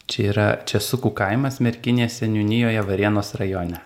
čia yra česukų kaimas merkinės seniūnijoje varėnos rajone